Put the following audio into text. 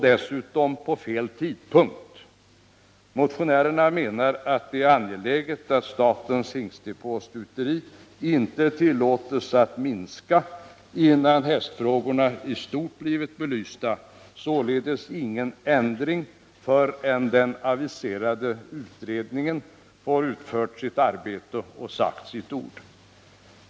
Dessutom är det fel tidpunkt. Motionärerna menar att det är angeläget att statens hingstdepå och stuteri inte tillåts att minska, innan hästfrågorna i stort har blivit belysta. Således bör det inte ske någon ändring förrän den aviserade utredningen har sagt sitt ord.